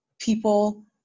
people